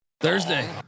Thursday